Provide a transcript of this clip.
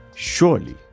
surely